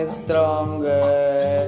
stronger